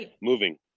moving